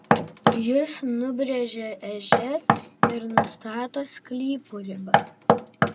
jis nubrėžia ežias ir nustato sklypų ribas